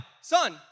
son